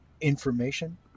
information